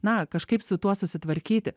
na kažkaip su tuo susitvarkyti